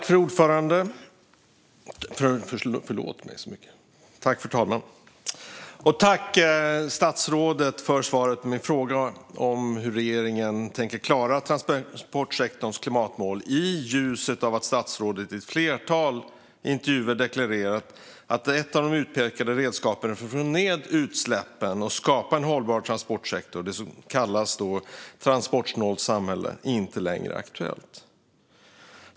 Fru talman! Tack, statsrådet, för svaret på min fråga om hur regeringen tänker klara transportsektorns klimatmål i ljuset av att statsrådet i ett flertal intervjuer deklarerat att ett av de utpekade redskapen för att få ned utsläppen och skapa en hållbar transportsektor - det som kallas ett transportsnålt samhälle - inte längre är aktuellt.